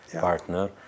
partner